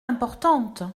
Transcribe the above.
importante